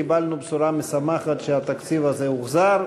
קיבלנו בשורה משמחת שהתקציב הזה הוחזר.